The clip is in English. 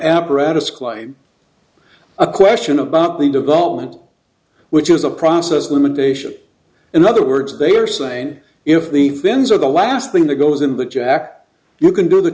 apparatus claim a question about the development which is a process of elimination in other words they are saying if the fins are the last thing that goes in that jack you can do the